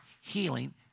healing